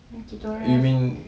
kita orang